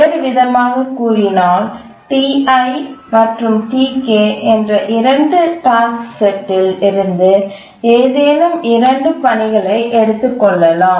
வேறுவிதமாகக் கூறினால் Ti மற்றும் Tk என்ற இரண்டு டாஸ்க்செட்டில் இருந்து ஏதேனும் இரண்டு பணிகளை எடுத்துக்கொள்ளலாம்